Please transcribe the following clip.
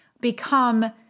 become